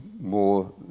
more